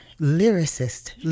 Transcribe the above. lyricist